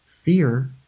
fear